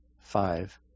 five